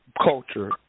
Culture